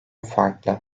farklı